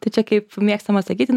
tačiau kaip mėgstama sakyti